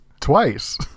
Twice